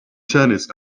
tennis